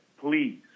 please